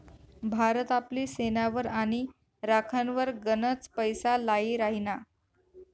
भारत आपली सेनावर आणि राखनवर गनच पैसा लाई राहिना